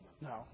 No